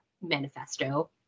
manifesto